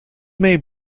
may